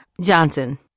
Johnson